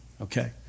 okay